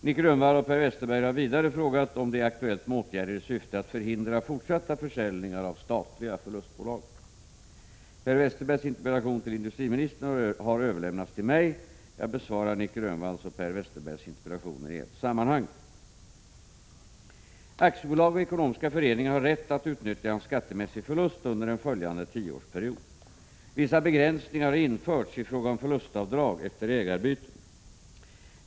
Nic Grönvall och Per Westerberg har vidare frågat om det är aktuellt med åtgärder i syfte att förhindra fortsatta försäljningar av statliga förlustbolag. Per Westerbergs interpellation till industriministern har överlämnats till mig. Jag besvarar Nic Grönvalls och Per Westerbergs interpellationer i ett sammanhang. Aktiebolag och ekonomiska föreningar har rätt att utnyttja en skattemässig förlust under en följande tioårsperiod. Vissa begränsningar har införts i fråga om förlustavdrag efter ägarbyten.